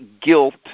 guilt